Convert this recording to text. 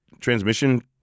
transmission